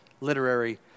literary